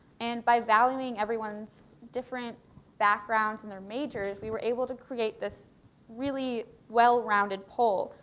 and by valuing everyone's different backgrounds and their majors, we were able to create this really wellrounded poll.